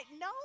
No